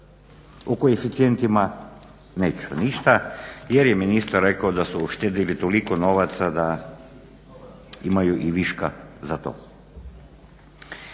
O koeficijentima neću ništa jer je ministar rekao da su uštedjeli toliko novaca da imaju i viška za to.